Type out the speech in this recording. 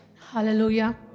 Hallelujah